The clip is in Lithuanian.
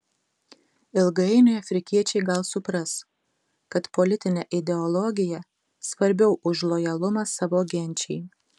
ilgainiui afrikiečiai gal supras kad politinė ideologija svarbiau už lojalumą savo genčiai